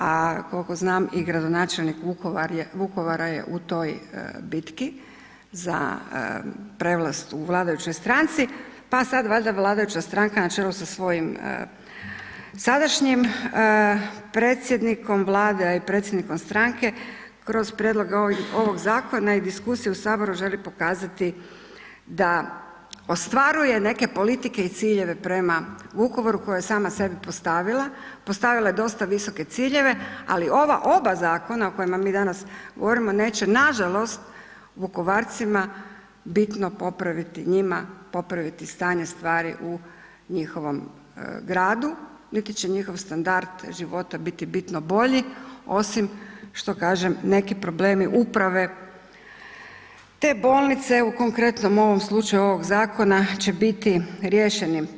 A koliko znam i gradonačelnik Vukovara je u toj bitki za prevlast u vladajućoj stranci, pa sada valjda vladajuća stranka na čelu sa svojim sadašnjim predsjednikom Vlade i predsjednikom stranke kroz prijedloge ovog zakona i diskusiju u Saboru želi pokazati da ostvaruje neke politike i ciljeve prema Vukovaru koje je sama sebi postavila, postavila je dosta visoke ciljeve, ali ova oba zakona o kojima mi danas govorimo neće nažalost Vukovarcima bitno popraviti njima popraviti stanje stvari u njihovom gradu niti će njihov standard života biti bitno bolji, osim što kažem neki problemi uprave te bolnice u konkretnom ovom slučaju ovog zakona će biti riješeni.